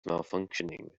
malfunctioning